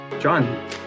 John